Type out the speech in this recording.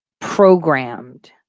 programmed